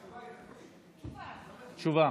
תשובה.